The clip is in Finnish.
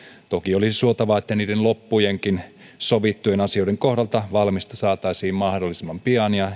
toki olisi suotavaa että niiden loppujenkin sovittujen asioiden kohdalta valmista saataisiin mahdollisimman pian ja